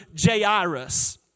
Jairus